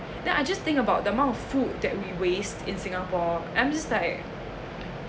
then I just think about the amount of food that we waste in singapore I'm just like